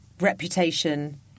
reputation